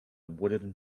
wooden